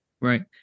Right